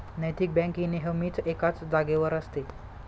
नैतिक बँक ही नेहमीच एकाच जागेवर असते